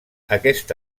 aquest